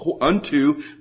Unto